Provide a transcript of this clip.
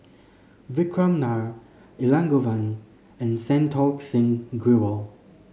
Vikram Nair Elangovan and Santokh Singh Grewal